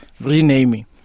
renaming